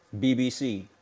BBC